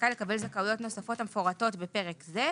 לקבל זכאויות נוספות המפורטות בפרק זה,